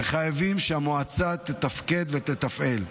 וחייבים שהמועצה תתפקד ותתפעל.